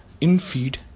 in-feed